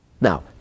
Now